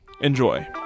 Enjoy